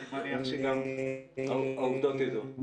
אני מניח שגם העובדות עדות.